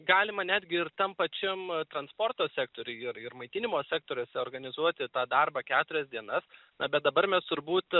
galima netgi ir tam pačiam transporto sektoriuj ir ir maitinimo sektoriuose organizuoti tą darbą keturias dienas na bet dabar mes turbūt